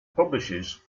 publishes